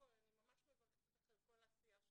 אני ממש מברכת אותך על כל העשייה שלך.